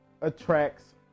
attracts